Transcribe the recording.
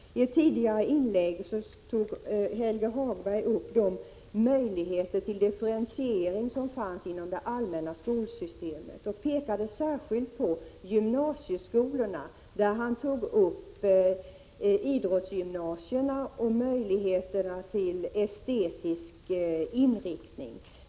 I ett tidigare inlägg tog Helge Hagberg upp de möjligheter till differentiering som finns inom det allmänna skolsystemet och pekade särskilt på gymnasieskolorna; vi har ju idrottsgymnasier och gymnasieskolor med estetisk inriktning.